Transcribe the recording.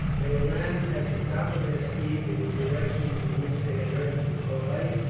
they ran at the top of their speed in the direction from which they had heard the cry,